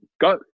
go